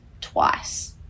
twice